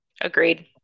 Agreed